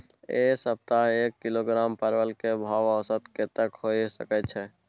ऐ सप्ताह एक किलोग्राम परवल के भाव औसत कतेक होय सके छै?